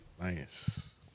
Nice